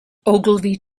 ogilvy